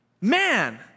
Man